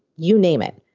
you name it.